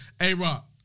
A-Rock